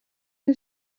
you